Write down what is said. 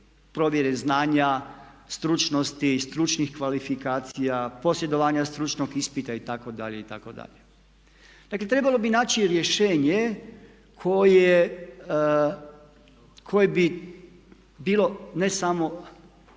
provjere znanja, stručnosti i stručnih kvalifikacija, posjedovanja stručnog ispita itd. itd. Dakle trebalo bi naći rješenje koje bi bilo ne samo